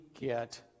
get